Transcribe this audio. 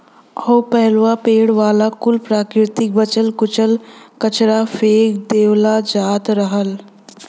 अउर पहिलवा पड़े वाला कुल प्राकृतिक बचल कुचल कचरा फेक देवल जात रहल